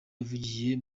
yavugiye